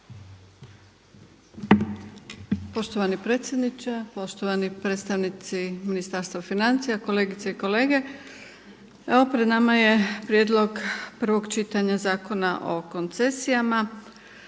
Poštovani predsjedniče, poštovani predstavnici Ministarstva financija, kolegice i kolege. Evo pred nama je Prijedlog prvog čitanja Zakona o koncesijama.